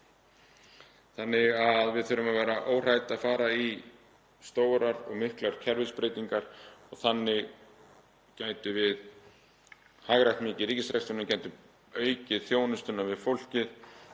alla. Við þurfum að vera óhrædd við að fara í stórar og miklar kerfisbreytingar og þannig gætum við hagrætt mikið í ríkisrekstrinum, gætum aukið þjónustuna við fólkið